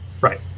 Right